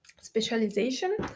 specialization